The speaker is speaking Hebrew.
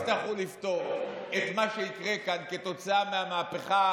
אתם תצטרכו לפתור את מה שיקרה כאן כתוצאה מהמהפכה,